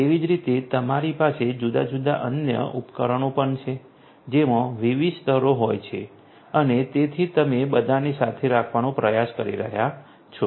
તેવી જ રીતે તમારી પાસે જુદા જુદા અન્ય ઉપકરણો પણ છે જેમાં વિવિધ સ્તરો હોય છે અને તેથી તમે બધાને સાથે રાખવાનો પ્રયાસ કરી રહ્યાં છો